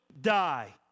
die